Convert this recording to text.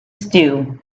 stew